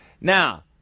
Now